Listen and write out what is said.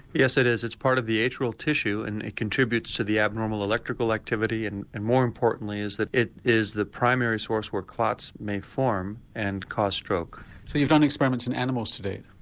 yes it is, it's part of the atrial tissue and it contributes to the abnormal electrical activity and and more importantly is it is the primary source where clots may form and cause stroke. so you've done experiments in animals to date?